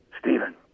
Stephen